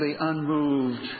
unmoved